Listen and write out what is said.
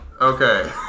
okay